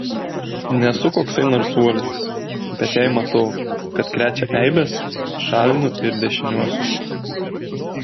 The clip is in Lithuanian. nesu koksai narsuolis bet jei matau kad krečia eibes šalinu ir dešiniuosius